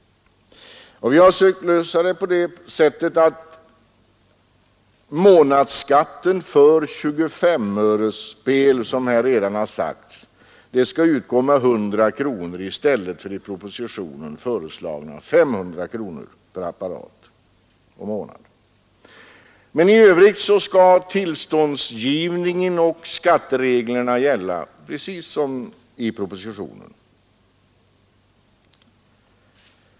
Vi har sökt lösa problemet på det sättet att månadsskatten på 25-öresspel skall — som här redan har sagts — utgå med 100 kronor i stället för, som föreslagits i propositionen, 500 kronor per apparat. Men i övrigt skall tillståndsgivningen och skattereglerna gälla precis enligt propositionen.